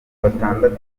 batandatu